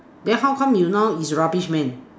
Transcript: then how come you now is rubbish man